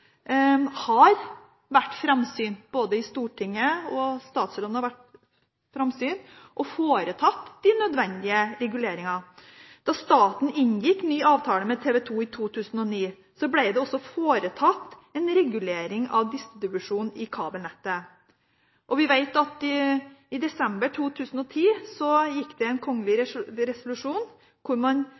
har vært framsynt i Stortinget, og statsråden har vært framsynt og foretatt de nødvendige reguleringene. Da staten inngikk ny avtale med TV 2 i 2009, ble det også foretatt en regulering av distribusjonen i kabelnettet. Vi vet at i desember 2010 kom det en kongelig resolusjon hvor man